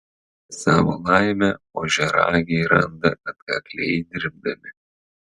savo laimę ožiaragiai randa atkakliai dirbdami